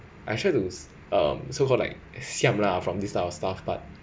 I try to um so called like siam lah from this kind of stuff but